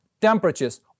temperatures